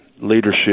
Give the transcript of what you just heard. leadership